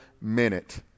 minute